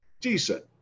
decent